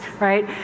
right